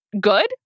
good